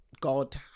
God